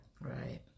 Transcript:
Right